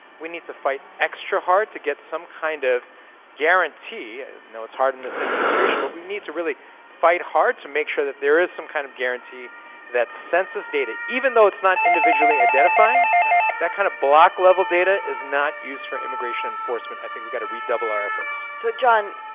we need to fight extra hard to get some kind of guarantee, i know it's hard in this administration, but we need to really fight hard to make sure that there is some kind of guarantee that census data, even though it's not individually identifying, that kind of block level data is not used for immigration enforcement. i think we've gotta redouble our efforts. so, john.